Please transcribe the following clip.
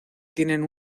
tienen